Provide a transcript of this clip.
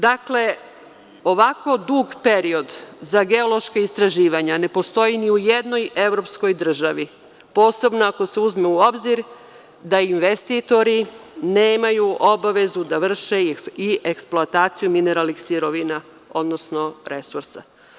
Dakle, ovako dug period za geološka istraživanja ne postoji ni u jednoj evropskoj državi, posebno ako se uzme u obzir da investitori nemaju obavezu da vrše i eksploataciju mineralnih sirovina, odnosno resursa.